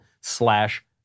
slash